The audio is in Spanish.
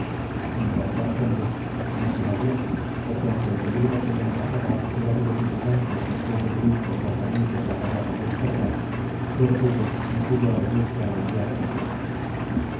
en cuanto al conde no se movió porque aunque el peligro que le amenazaba era de los inminentes después del ruin comportamiento que acababa de observar su orgullo no pudo avenirse a la idea de la fuga